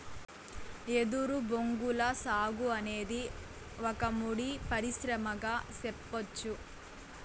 ఎదురు బొంగుల సాగు అనేది ఒక ముడి పరిశ్రమగా సెప్పచ్చు